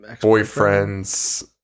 boyfriend's